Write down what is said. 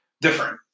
different